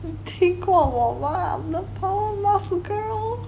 你听过我吗 I'm the power muff girl